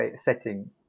setting